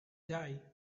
die